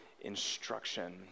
instruction